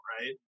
right